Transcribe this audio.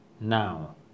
Now